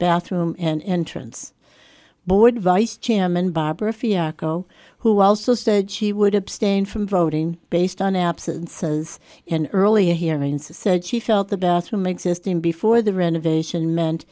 bathroom and entrance board vice chairman bob or a fiasco who also said she would abstain from voting based on absences in early hearings said she felt the bathroom existing before the renovation meant